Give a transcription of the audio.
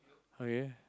okay